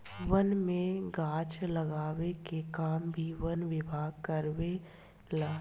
वन में गाछ लगावे के काम भी वन विभाग कारवावे ला